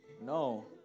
No